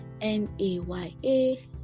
n-a-y-a